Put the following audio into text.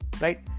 right